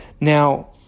Now